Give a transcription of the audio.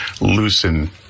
loosen